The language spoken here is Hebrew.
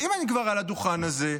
אם אני כבר על הדוכן הזה,